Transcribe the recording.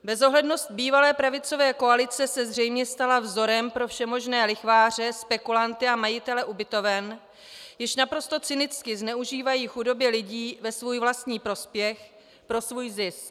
Bezohlednost bývalé pravicové koalice se zřejmě stala vzorem pro všemožné lichváře, spekulanty a majitele ubytoven, již naprosto cynicky zneužívají chudoby lidí ve svůj vlastní prospěch, pro svůj zisk.